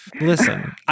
Listen